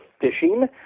fishing